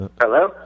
Hello